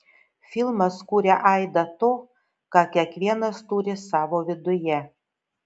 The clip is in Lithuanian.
filmas kuria aidą to ką kiekvienas turi savo viduje